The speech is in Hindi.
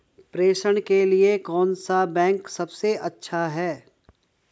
प्रेषण के लिए कौन सा बैंक सबसे अच्छा है?